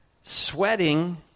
sweating